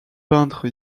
peintre